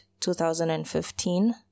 2015